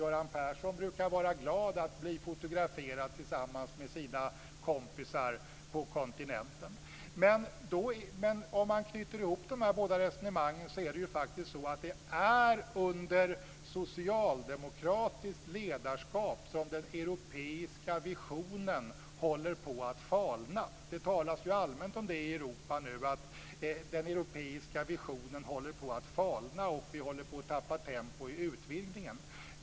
Han brukar vara glad över att bli fotograferad tillsammans med sina kompisar på kontinenten. Men om man knyter ihop dessa båda resonemang ser man att det faktiskt är under socialdemokratiskt ledarskap som glöden i den europeiska visionen håller på att falna. I Europa talas det allmänt om detta och om att vi håller på att tappa tempo i utvidgningen.